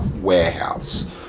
warehouse